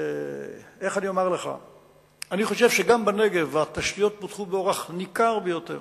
אני חושב שגם בנגב התשתיות פותחו באורח ניכר ביותר,